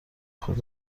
خود